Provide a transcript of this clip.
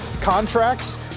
contracts